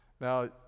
Now